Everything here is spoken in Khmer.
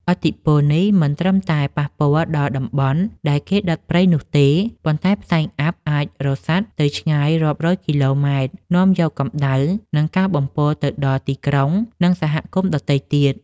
ឥទ្ធិពលនេះមិនត្រឹមតែប៉ះពាល់ដល់តំបន់ដែលគេដុតព្រៃនោះទេ ប៉ុន្តែផ្សែងអ័ព្ទអាចរសាត់ទៅឆ្ងាយរាប់រយគីឡូម៉ែត្រ នាំយកកម្ដៅ និងការបំពុលទៅដល់ទីក្រុង និងសហគមន៍ដទៃទៀត។